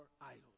idols